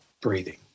breathing